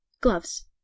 gloves